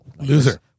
Loser